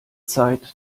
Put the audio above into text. zeit